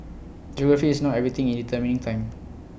geography is not everything in determining time